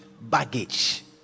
baggage